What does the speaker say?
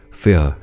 fear